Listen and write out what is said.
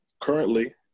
Currently